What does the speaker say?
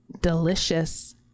delicious